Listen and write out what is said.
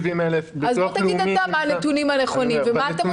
70,000. אז בוא תגיד אתה מהם הנתונים הנכונים ומה אתם עושים עם זה.